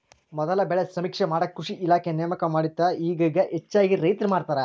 ಮೊದಲ ಬೆಳೆ ಸಮೇಕ್ಷೆ ಮಾಡಾಕ ಕೃಷಿ ಇಲಾಖೆ ನೇಮಕ ಮಾಡತ್ತಿತ್ತ ಇಗಾ ಹೆಚ್ಚಾಗಿ ರೈತ್ರ ಮಾಡತಾರ